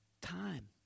time